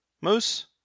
Moose